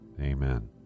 Amen